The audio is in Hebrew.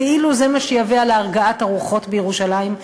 כאילו זה מה שיביא להרגעת הרוחות בירושלים,